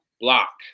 block